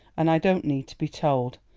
an' i don't need to be told.